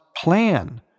Plan